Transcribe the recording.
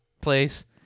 place